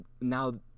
now